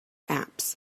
apps